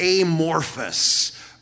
amorphous